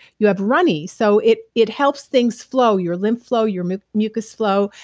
you have runny. so it it helps things flow. your lymph flow. your mucus mucus flow.